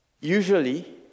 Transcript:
Usually